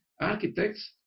architects